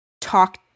talk